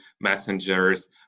messengers